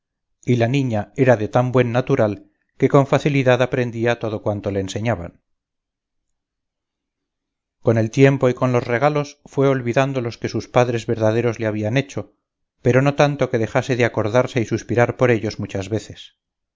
y la niña era de tan buen natural que con facilidad aprendía todo cuanto le enseñaban con el tiempo y con los regalos fue olvidando los que sus padres verdaderos le habían hecho pero no tanto que dejase de acordarse y suspirar por ellos muchas veces